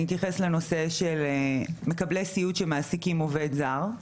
אני אתייחס לנושא של מקבלי סיעוד שמעסיקים עובד זר.